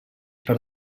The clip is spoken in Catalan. per